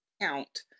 count